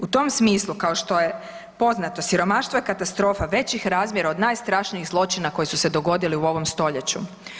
U tom smislu, kao što je poznato, siromaštvo je katastrofa većih razmjera od najstrašnijih zločina koji su se dogodili u ovom stoljeću.